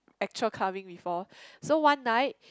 actual clubbing before so one night